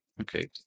Okay